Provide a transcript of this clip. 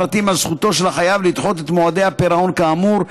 פרטים על זכותו של החייב לדחות את מועדי הפירעון כאמור,